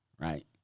right